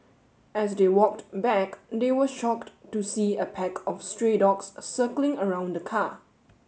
as they walked back they were shocked to see a pack of stray dogs circling around the car